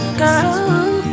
girl